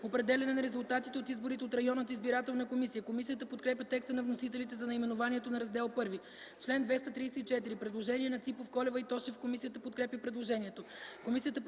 Определяне на резултатите от изборите от общинската избирателна комисия”. Комисията подкрепя текста на вносителите за наименованието на Раздел ІІ. По чл. 245 – предложение на Ципов, Колева и Тошев. Комисията подкрепя предложението.